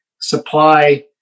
supply